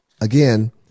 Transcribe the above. again